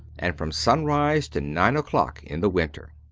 and from sunrise to nine o'clock in the winter.